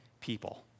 people